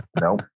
no